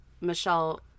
Michelle